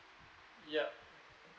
yup